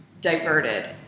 diverted